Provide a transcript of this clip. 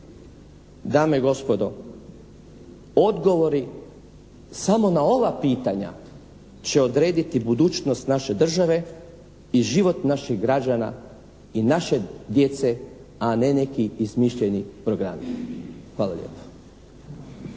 Dame i gospodo, odgovori samo na ova pitanja će odrediti budućnost naše države i život naših građana i naše djece, a ne neki izmišljeni programi. Hvala lijepa.